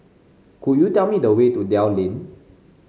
could you tell me the way to Dell Lane